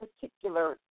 particular